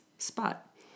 spot